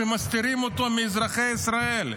שמסתירים אותו מאזרחי ישראל.